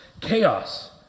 chaos